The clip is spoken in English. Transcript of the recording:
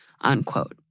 unquote